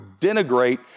denigrate